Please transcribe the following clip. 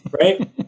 Right